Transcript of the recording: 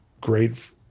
great